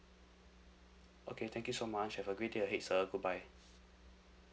okay thank you so much have a great day ahead sir goodbye